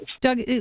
Doug